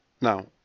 Now